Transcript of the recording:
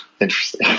interesting